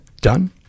done